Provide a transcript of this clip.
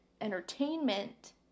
entertainment